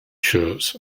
shirts